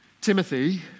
Timothy